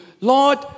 Lord